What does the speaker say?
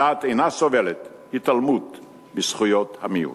הדעת אינה סובלת התעלמות מזכויות המיעוט.